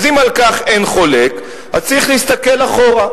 אז אם על כך אין חולק, צריך להסתכל אחורה.